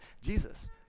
Jesus